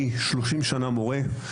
אני 30 שנה מורה,